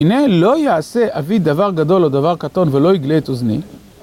הנה לא יעשה אבי דבר גדול או דבר קטון ולא יגלה את אוזני.